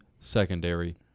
secondary